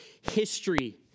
history